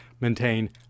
maintain